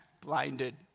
blinded